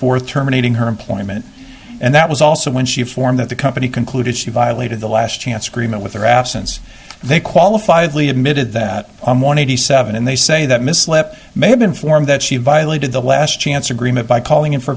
fourth terminating her employment and that was also when she formed that the company concluded she violated the last chance agreement with her absence they qualified lee admitted that on one eighty seven and they say that misled may have been formed that she violated the last chance agreement by calling in for